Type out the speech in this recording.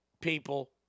people